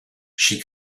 she